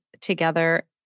together